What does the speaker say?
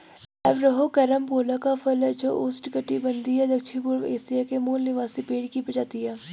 Averrhoa carambola का फल है जो उष्णकटिबंधीय दक्षिणपूर्व एशिया के मूल निवासी पेड़ की प्रजाति है